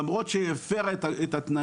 למרות שהיא הפרה את התנאים,